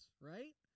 right